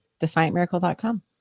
Defiantmiracle.com